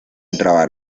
grabar